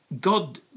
God